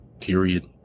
period